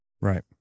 Right